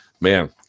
man